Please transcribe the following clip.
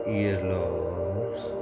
earlobes